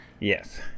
Yes